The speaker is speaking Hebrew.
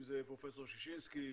אם זה פרופ' ששינסקי,